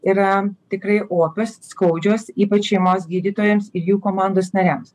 yra tikrai opios skaudžios ypač šeimos gydytojams ir jų komandos nariams